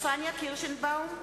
פניה קירשנבאום,